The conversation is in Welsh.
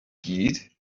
gyd